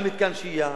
גם מתקן שהייה,